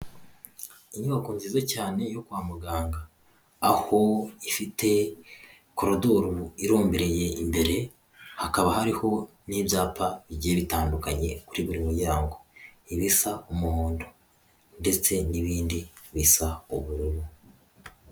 iInyubako nziza cyane yo kwa muganga aho ifite korodoru irombereye imbere, hakaba hariho n'ibyapa igihe bitandukanye kuri buri muryango, ibisa umuhondo ndetse n'ibindi bisa ubururu.